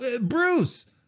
Bruce